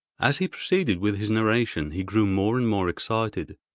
as he proceeded with his narration, he grew more and more excited.